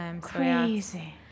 crazy